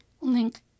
Link